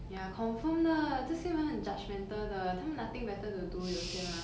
ya confirm 的这些人很 judgemental 的他们 nothing better to do 有些 mah